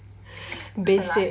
basic